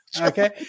Okay